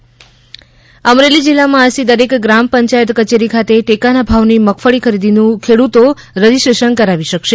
અમરેલી મગફળી ખરીદી અમરેલી જિલ્લામાં આજથી દરેક ગ્રામ પંચાયત કચેરી ખાતે ટેકાના ભાવની મગફળી ખરીદીનું ખેડૂતો રજીસ્ટ્રેશન કરાવી શકશે